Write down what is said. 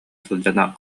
сылдьан